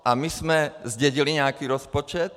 A my jsme zdědili nějaký rozpočet.